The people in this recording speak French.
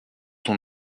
son